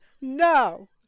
no